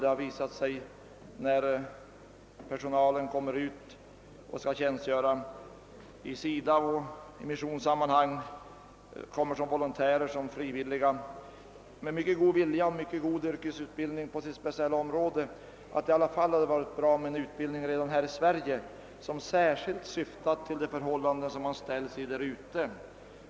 Det Bar visat sig, när personalen kommer ut och skall tjänstgöra inom SIDA och i missionssammanhang som volontärer och frivilliga med mycket god vilja och god yrkesutbildning på sitt speciella område, att det i alla fall hade varit bra med en utbildning redan här i Sverige som särskilt syftat på de förhållanden som man ställs inför där ute.